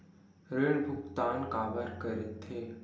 ऋण भुक्तान काबर कर थे?